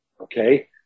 Okay